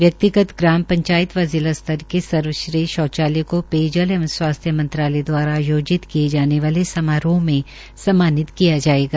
व्यक्ति गत ग्राम पंचायत व जिला स्तर के सर्वश्रेष्ठ शौचालय को अपने पेयजल एवं स्वास्थ्य मंत्रालय दवारा आयोजित किए जाने वाले समारोह में सम्मानित किया जायेगा